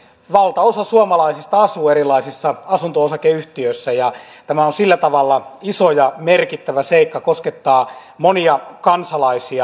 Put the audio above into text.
valtaosa suomalaisista asuu erilaisissa asunto osakeyhtiöissä ja tämä on sillä tavalla iso ja merkittävä seikka koskettaa monia kansalaisia